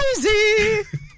crazy